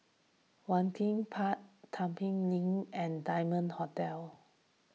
Waringin Park Link and Diamond Hotel